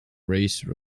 race